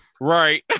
Right